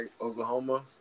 Oklahoma